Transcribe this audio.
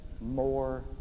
more